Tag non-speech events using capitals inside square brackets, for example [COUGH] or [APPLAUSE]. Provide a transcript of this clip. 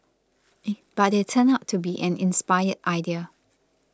[HESITATION] but it turned out to be an inspired idea